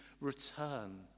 return